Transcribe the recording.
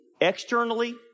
externally